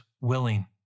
willing